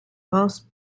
rince